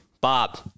Bob